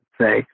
say